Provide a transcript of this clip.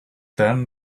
then